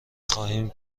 خواهیم